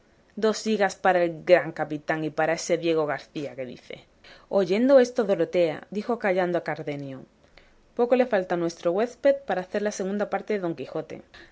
dos higas para el gran capitán y para ese diego garcía que dice oyendo esto dorotea dijo callando a cardenio poco le falta a nuestro huésped para hacer la segunda parte de don quijote